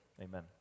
Amen